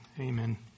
amen